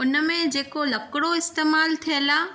उनमें जेको लकिड़ो इस्तेमालु थियल आहे